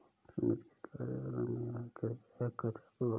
सुमित के कार्यालय में आयकर विभाग का छापा पड़ा